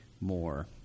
more